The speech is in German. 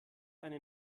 eine